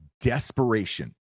desperation